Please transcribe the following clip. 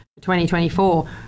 2024